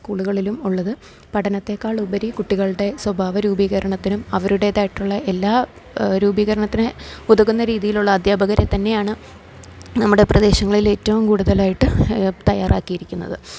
സ്കൂളുകളിലും ഉള്ളത് പഠനത്തേക്കാളുപരി കുട്ടികളുടെ സ്വഭാവ രൂപീകരണത്തിനും അവരുടേതായിട്ടുള്ള എല്ലാ രൂപീകരണത്തിന് ഉതകുന്ന രീതിയിലുള്ള അധ്യാപകരെത്തന്നെയാണ് നമ്മുടെ പ്രദേശങ്ങളിളേറ്റവും കൂടുതലായിട്ട് തയ്യാറാക്കിയിരിക്കുന്നത്